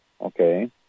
Okay